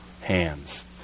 hands